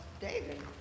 David